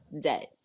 dead